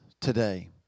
today